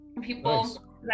People